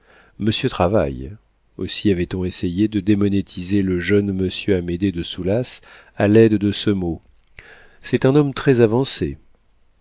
travaille aussi avait-on essayé de démonétiser le jeune monsieur amédée de soulas à l'aide de ce mot c'est un homme très avancé amédée